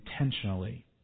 intentionally